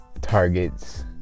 targets